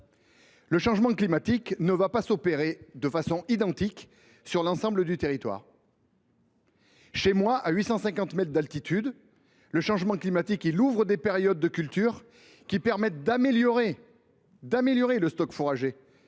le changement climatique ne va pas s’opérer de manière identique sur l’ensemble du territoire. Chez moi, à 850 mètres d’altitude, le changement climatique élargit les périodes de culture et améliore les stocks fourragers,